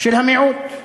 של המיעוט,